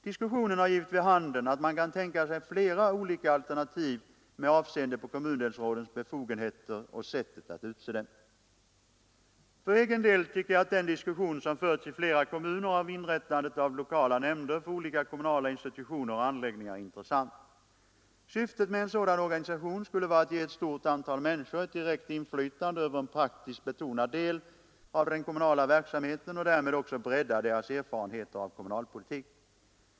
Diskussionen har givit vid handen att man kan tänka sig flera olika alternativ med avseende på kommundelsrådens befogenheter och sättet att utse dem. För egen del tycker jag att den diskussion som förs i flera kommuner om inrättandet av lokala nämnder för olika kommunala institutioner och anläggningar är intressant. Syftet med en sådan organisation skulle vara att ge ett stort antal människor ett direkt inflytande över en praktiskt betonad del av den kommunala verksamheten och därmed också bredda deras erfarenheter av kommunalpolitik.